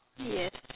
yes